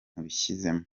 bishyizemo